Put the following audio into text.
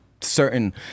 certain